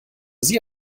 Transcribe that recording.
sie